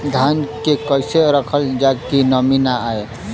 धान के कइसे रखल जाकि नमी न आए?